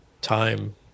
time